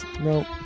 no